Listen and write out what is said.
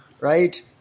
right